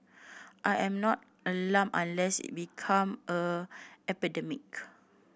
I am not alarmed unless it become a epidemic